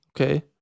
Okay